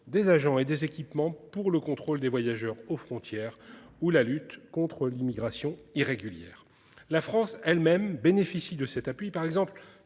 des agents et des équipements pour le contrôle des voyageurs aux frontières ou la lutte contre l'immigration irrégulière. La France elle-même bénéficie de cet appui, par exemple